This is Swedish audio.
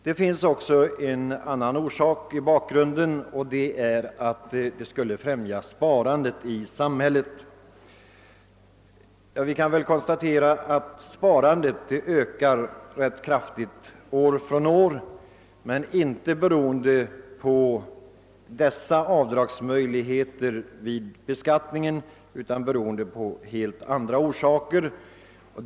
Det finns också en annan orsak, nämligen den att sparandet skulle främjas. Vi kan emellertid konstatera att sparandet ökar kraftigt år efter år, men detta beror inte på avdragsmöjligheterna vid beskattningen utan har helt andra orsaker.